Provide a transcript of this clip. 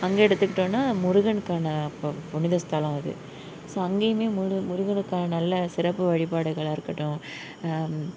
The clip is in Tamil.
அங்கே எடுத்துக்கிட்டோம்னா முருகனுக்கான ப புனித ஸ்தலம் அது ஸோ அங்கையும் முருகன் முருகனுக்கான நல்ல சிறப்பு வழிபாடுகளாக இருக்கட்டும்